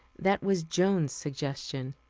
that was joan's suggestion.